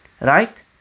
Right